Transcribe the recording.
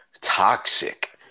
Toxic